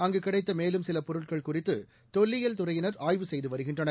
அங்கு கிடைத்த மேலும் சில பொருட்கள் குறித்து தொல்லியல் துறையினா் ஆய்வு செய்து வருகின்றனர்